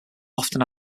often